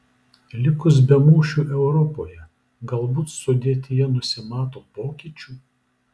likus be mūšių europoje galbūt sudėtyje nusimato pokyčių